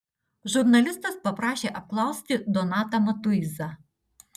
žurnalistas paprašė apklausti donatą matuizą